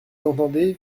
entendez